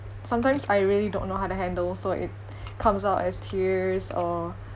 sometimes I really don't know how to handle so it comes out as tears or